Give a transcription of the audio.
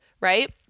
Right